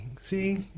See